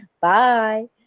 Bye